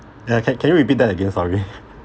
ya can can you repeat that again sorry